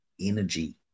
energy